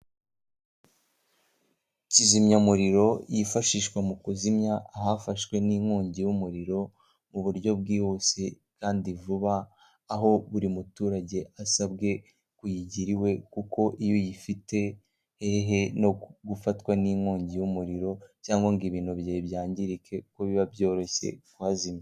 Kizimyamuriro yifashishwa mu kuzimya ahafashwe n'inkongi y'umuriro mu buryo bwihuse, kandi vuba, aho buri muturage asabwe kuyigira iwe, kuko iyo uyifite hehe no gufatwa n'inkongi y'umuriro cyangwa ngo ibintu byawe byangirike,, kuko biba byoroshye kuhazimya.